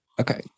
Okay